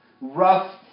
rough